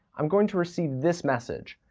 i'm going to receive this message,